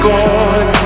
God